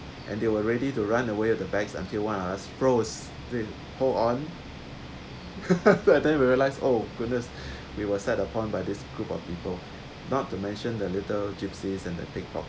and they were ready to run away at the bags until one are pros they hold on I think we realise oh goodness we were set upon by this group of people not to mention that little gypsies and the pick pockets